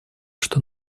что